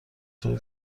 چرا